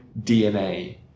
DNA